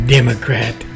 Democrat